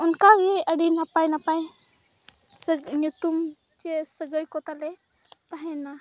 ᱚᱱᱠᱟᱜᱮ ᱟᱹᱰᱤ ᱱᱟᱯᱟᱭ ᱱᱟᱯᱟᱭ ᱧᱩᱛᱩᱢ ᱪᱮ ᱥᱟᱹᱜᱟᱹᱭ ᱠᱚ ᱛᱟᱞᱮ ᱛᱟᱦᱮᱱᱟ